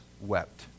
wept